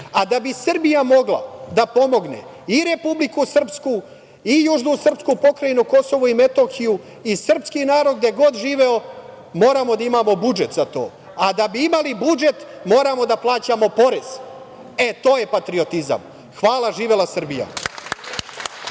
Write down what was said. bi Srbija mogla da pomogne i Republiku Srpsku, i južnu srpsku pokrajinu KiM, i srpski narod gde god živeo, moramo da imamo budžet za to, a da bi imali budžet moramo da plaćamo porez. To je patriotizam. Hvala. Živela Srbija.